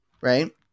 Right